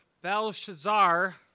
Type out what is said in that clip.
Belshazzar